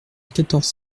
quatorze